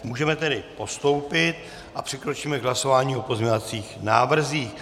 Můžeme tedy postoupit a přikročíme k hlasování o pozměňovacích návrzích.